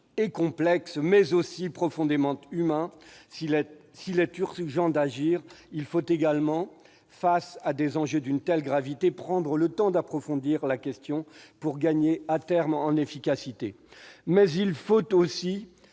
et complexe, mais aussi profondément humain. S'il est urgent d'agir, il faut également, devant des enjeux d'une telle gravité, prendre le temps d'approfondir la réflexion pour gagner, à terme, en efficacité. Mais il faut aussi